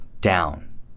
down